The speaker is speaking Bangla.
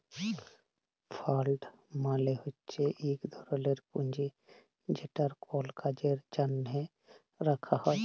ফাল্ড মালে হছে ইক ধরলের পুঁজি যেট কল কাজের জ্যনহে রাখা হ্যয়